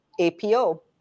APO